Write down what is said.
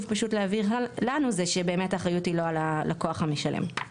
פשוט להעביר לנו היא זה שהאחריות היא לא על הלקוח המשלם.